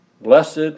Blessed